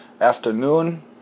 afternoon